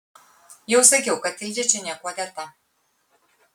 jau sakiau kad ilzė čia niekuo dėta